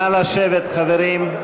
נא לשבת, חברים.